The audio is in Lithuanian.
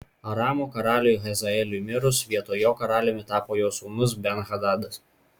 aramo karaliui hazaeliui mirus vietoj jo karaliumi tapo jo sūnus ben hadadas